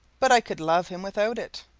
but i could love him without it.